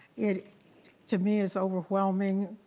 it to me is overwhelming.